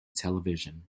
television